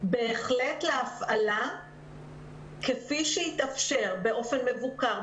בהחלט להפעלה כפי שיתאפשר באופן מבוקר,